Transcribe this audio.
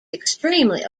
extremely